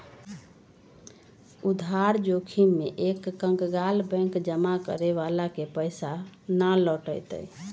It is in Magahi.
उधार जोखिम में एक कंकगाल बैंक जमा करे वाला के पैसा ना लौटय तय